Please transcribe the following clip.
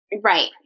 Right